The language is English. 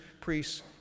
priests